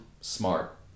Smart